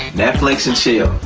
netflix and chill.